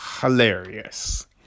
hilarious